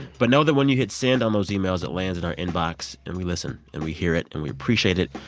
but know that when you hit send on those emails, it lands in our inbox. and we listen. and we hear it. and we appreciate it.